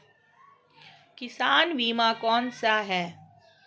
किसान बीमा कौनसे हैं?